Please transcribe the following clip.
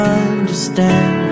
understand